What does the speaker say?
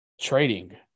Trading